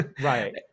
Right